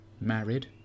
Married